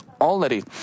already